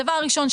הדבר הראשון,